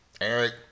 eric